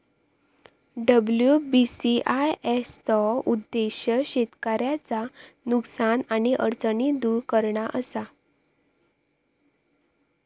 WBCIS चो उद्देश्य शेतकऱ्यांचा नुकसान आणि अडचणी दुर करणा असा